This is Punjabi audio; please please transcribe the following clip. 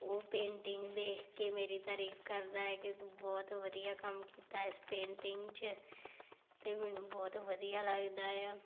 ਉਹ ਪੇਂਟਿੰਗ ਵੇਖ ਕੇ ਮੇਰੀ ਤਾਰੀਫ਼ ਕਰਦਾ ਹੈ ਕਿ ਤੂੰ ਬਹੁਤ ਵਧੀਆ ਕੰਮ ਕੀਤਾ ਇਸ ਪੇਂਟਿੰਗ 'ਚ ਤਾਂ ਮੈਨੂੰ ਬਹੁਤ ਵਧੀਆ ਲੱਗਦਾ ਆ